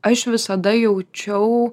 aš visada jaučiau